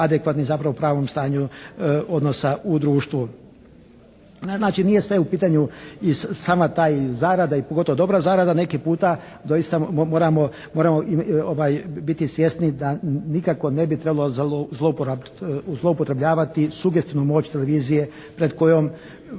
adekvatni zapravo pravom stanju odnosa u društvu. Znači nije sve u pitanju i sama ta i zarada i pogotovo dobra zarada. Neki puta doista moramo biti svjesni da nikako ne bi trebalo zloupotrebljavati sugestivno moć televizije pred kojom